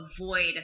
avoid